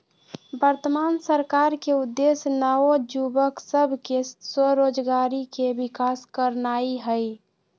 वर्तमान सरकार के उद्देश्य नओ जुबक सभ में स्वरोजगारी के विकास करनाई हई